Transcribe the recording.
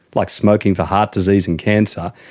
like smoking for heart disease and cancer,